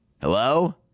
hello